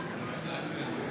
49 ו-50